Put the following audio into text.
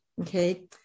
Okay